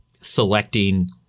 selecting